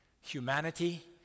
Humanity